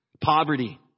poverty